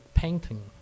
painting